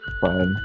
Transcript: fine